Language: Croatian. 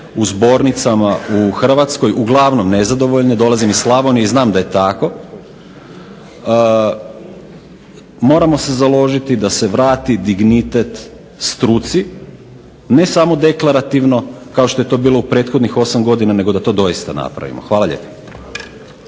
u zbornicama u Hrvatskoj, uglavnom nezadovoljne. Dolazim iz Slavonije i znam da je tako. Moramo se založiti da se vrati dignitet struci ne samo deklarativno kao što je to bilo u prethodnih 8 godina nego da to doista napravimo. Hvala lijepa.